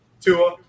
Tua